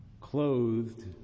clothed